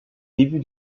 début